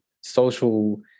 social